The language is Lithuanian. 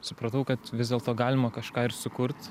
supratau kad vis dėlto galima kažką ir sukurt